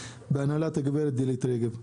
בהנהלת הגברת דלית רגב.